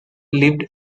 lived